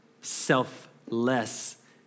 selfless